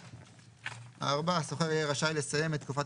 ו-(3);"; "(4)השוכר יהיה רשאי לסיים את תקופת